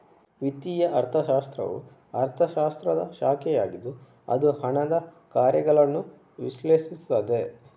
ವಿತ್ತೀಯ ಅರ್ಥಶಾಸ್ತ್ರವು ಅರ್ಥಶಾಸ್ತ್ರದ ಶಾಖೆಯಾಗಿದ್ದು ಅದು ಹಣದ ಕಾರ್ಯಗಳನ್ನು ವಿಶ್ಲೇಷಿಸುತ್ತದೆ